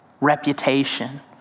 reputation